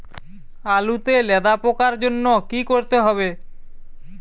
আলুতে লেদা পোকার জন্য কি করতে হবে?